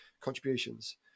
contributions